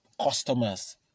customers